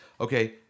Okay